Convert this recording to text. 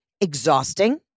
Exhausting